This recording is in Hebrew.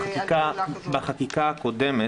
בעצם, בחקיקה הזאת,